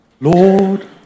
Lord